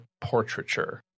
portraiture